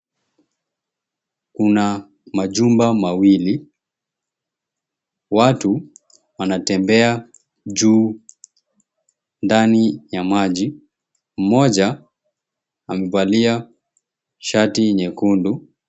Kuna majumba mawili. Watu wanatembea juu, ndani ya maji, mmoja amevalia shati nyekundu.